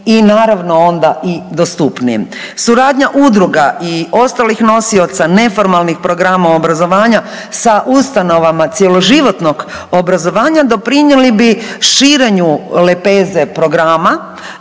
i naravno onda i dostupnijim. Suradnja udruga i ostalih nosioca neformalnih programa obrazovanja sa ustanovama cjeloživotnog obrazovanja doprinjeli bi širenju lepeze programa